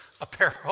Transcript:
apparel